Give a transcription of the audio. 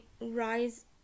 rise